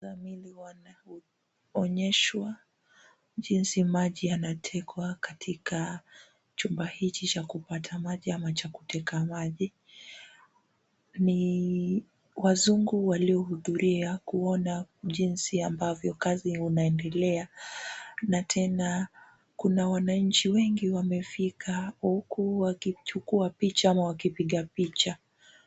Onyeshwa jinsi maji yanatekwa katika chumba hiki cha kupata maji au cha kuteka maji. Ni wazungu waliohudhuria kuona jinsi ambavyo kazi unaendelea na tena kuna wananchi wengi wamefika huku wakichukua picha ama wakipiga picha.